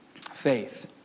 Faith